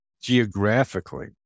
geographically